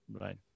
right